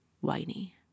whiny